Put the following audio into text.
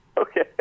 Okay